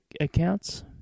accounts